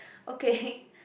okay